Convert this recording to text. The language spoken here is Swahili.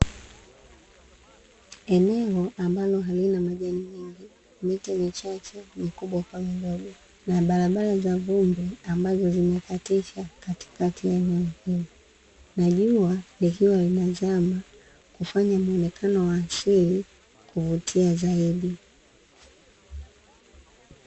Eneo ambalo halina majani mengi, miti michache, mikubwa kwa midogo na barabara za vumbi ambazo zimekatisha katikati ya eneo hilo, na jua likiwa linazama kufanya muonekano wa asili kuvutia zaidi.